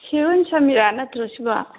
heroine Sharmila ꯅꯠꯇ꯭ꯔꯣ ꯁꯤꯕꯣ